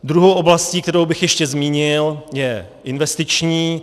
Druhou oblastí, kterou bych ještě zmínil, je investiční.